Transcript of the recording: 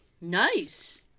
Nice